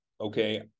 okay